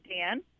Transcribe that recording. Dan